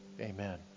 Amen